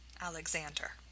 Alexander